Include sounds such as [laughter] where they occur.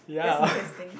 ya [laughs]